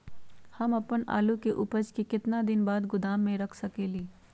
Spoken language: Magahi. हम अपन आलू के ऊपज के केतना दिन बाद गोदाम में रख सकींले?